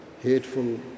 hateful